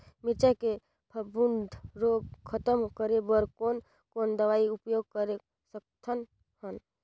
मिरचा के फफूंद रोग खतम करे बर कौन कौन दवई उपयोग कर सकत हन?